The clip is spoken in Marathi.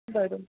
बरं